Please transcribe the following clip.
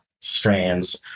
strands